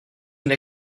une